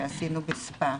שעשינו בספא,